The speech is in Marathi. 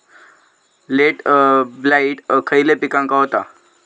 लेट ब्लाइट खयले पिकांका होता?